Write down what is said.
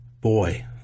boy